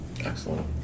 Excellent